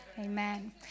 amen